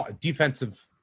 defensive